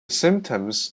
symptoms